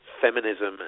feminism